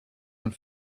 and